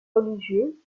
religieux